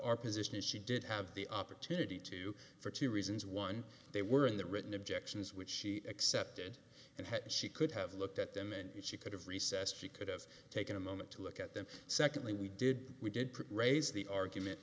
our position is she did have the opportunity to for two reasons one they were in the written objections which she accepted and she could have looked at them and she could have recess she could have taken a moment to look at them secondly we did we did praise the argument